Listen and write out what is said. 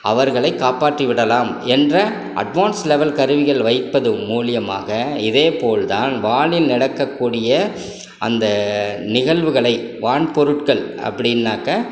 அவர்களை காப்பாற்றி விடலாம் என்ற அட்வான்ஸ் லெவல் கருவிகள் வைப்பது மூலியமாக இதே போல் தான் வானில் நடக்கக்கூடிய அந்த நிகழ்வுகளை வான் பொருட்கள் அப்டின்னாக்கா